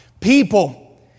People